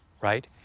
right